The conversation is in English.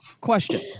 question